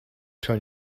turn